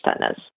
tennis